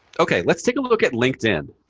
ok. let's take a look at linkedin.